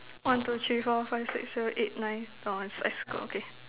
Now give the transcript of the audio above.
one two three four five six seven eight nine orh I I circle okay